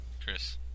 Chris